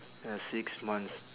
ya six months